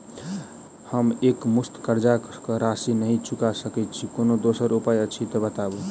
हम एकमुस्त कर्जा कऽ राशि नहि चुका सकय छी, कोनो दोसर उपाय अछि तऽ बताबु?